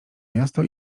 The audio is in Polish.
miasto